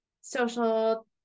social